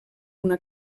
una